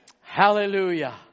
Hallelujah